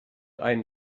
einen